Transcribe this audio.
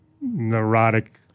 neurotic